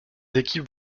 équipes